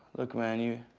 look man, you